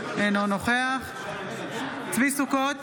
אינו נוכח צבי ידידיה סוכות,